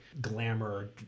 glamour